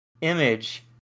image